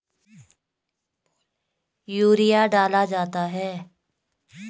लवणीय मिट्टी में किस प्रकार के उर्वरक की आवश्यकता पड़ती है इसमें क्या डाल सकते हैं?